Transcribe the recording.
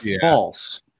false